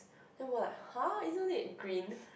then we're like !huh! isn't it green